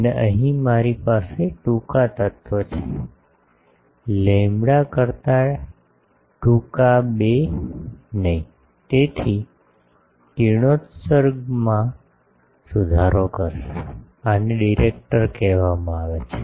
અને અહીં મારી પાસે ટૂંકા તત્વ છે લેમ્બડા કરતા ટૂંકા 2 નહીં તેથી આ કિરણોત્સર્ગમાં સુધારો કરશે આને ડિરેક્ટર કહેવામાં આવે છે